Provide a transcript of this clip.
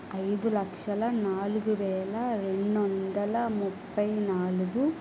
ఐదు లక్షల నాలుగు వేల రెండు వందల ముప్పై నాలుగు